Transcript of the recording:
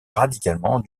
radicalement